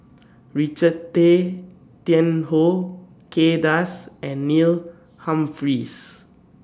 Richard Tay Tian Hoe Kay Das and Neil Humphreys